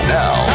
now